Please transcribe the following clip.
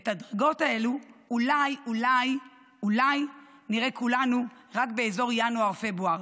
ואת הדרגות האלה אולי אולי אולי נראה כולנו רק באזור ינואר-פברואר,